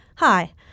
Hi